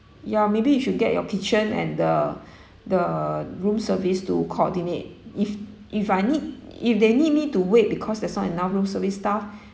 ya maybe you should get your kitchen and the the room service to coordinate if if I need if they need me to wait because there's not enough room service staff